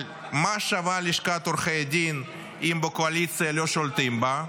אבל מה שווה לשכת עורכי הדין אם בקואליציה לא שולטים בה?